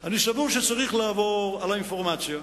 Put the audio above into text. אני סבור שצריך לעבור על האינפורמציה,